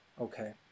okay